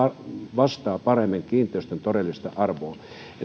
vastaa paremmin kiinteistön todellista arvoa